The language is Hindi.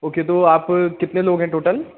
ओके तो आप कितने लोग हैं टोटल